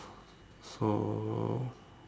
so